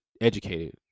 educated